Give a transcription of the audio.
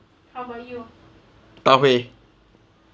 tau huay